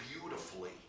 beautifully